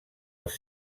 els